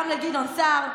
גם לגדעון סער,